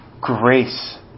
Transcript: grace